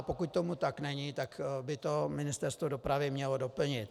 Pokud tomu tak není, tak by to Ministerstvo dopravy mělo doplnit.